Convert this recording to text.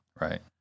right